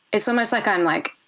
it's almost like i'm, like,